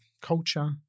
culture